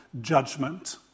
judgment